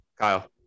Kyle